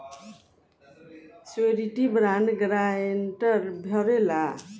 surety bond guarantor भरेला